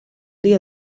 dia